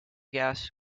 gas